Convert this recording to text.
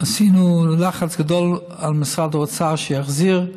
הפעלנו לחץ גדול על משרד האוצר שיחזיר.